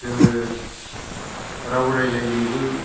जोङो राव रायलायनोबो